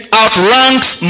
outranks